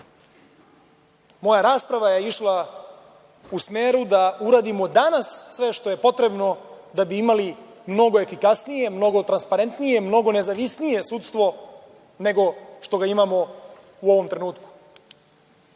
Moja rasprava je išla u smeru da uradimo danas sve što je potrebno da bi imali mnogo efikasnije, mnogo transparentnije, mnogo nezavisnije sudstvo nego što ga imamo u ovom trenutku.